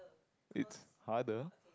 it's harder